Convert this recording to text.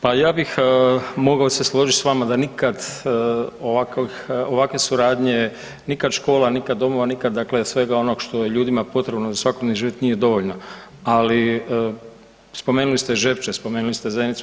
Pa ja bih mogao se složiti s vama da nikad ovakve suradnje, nikad škola, nikad domova, nikad dakle svega onoga što je ljudima potrebno za svakodnevni život nije dovoljno ali spomenuli ste Žepče, spomenuli ste Zenicu.